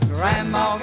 Grandma